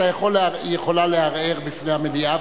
היא יכולה לערער בפני המליאה,